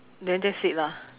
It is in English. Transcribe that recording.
then that's it lah